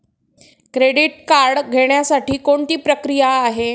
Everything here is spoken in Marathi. क्रेडिट कार्ड घेण्यासाठी कोणती प्रक्रिया आहे?